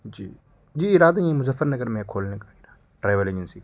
جی جی ارادہ نہیں ہے مظفر نگر میں ہے کھولنے کا ٹریول ایجنسی کا